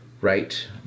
right